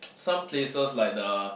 some places like the